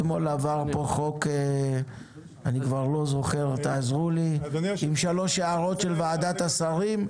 אתמול עבר פה חוק עם שלוש הערות של ועדת השרים,